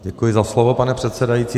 Děkuji za slovo, pane předsedající.